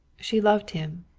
she loved him.